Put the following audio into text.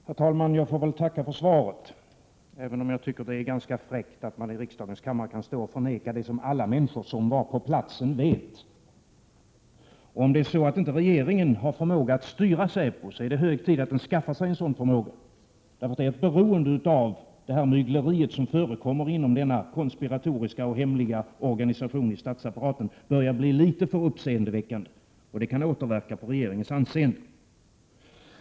Herr talman! Jag får väl tacka för svaret, även om jag tycker att det är ganska fräckt att man i riksdagens kammare kan stå och förneka det som alla människor som var på platsen vet. Om regeringen inte har förmåga att styra säpo är det hög tid att den skaffar sig en sådan förmåga, eftersom beroendet av det mygleri som förekommer inom denna konspiratoriska och hemliga organisation i statsapparaten börjar bli litet för uppseendeväckande, vilket kan återverka på regeringens anseende.